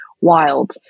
wild